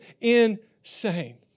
insane